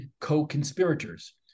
co-conspirators